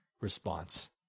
response